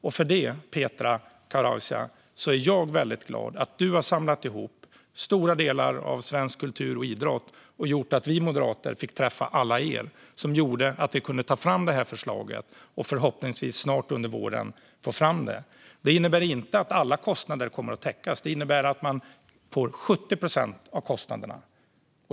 Jag är väldigt glad att du, Petra Kauraisa, samlade ihop stora delar av svensk kultur och idrott och gjorde så att vi moderater fick träffa alla er, vilket gjorde att vi kunde ta fram det här förslaget och förhoppningsvis snart under våren kan få igenom det. Det innebär inte att alla kostnader kommer att täckas, men det innebär att man får 70 procent av kostnaderna.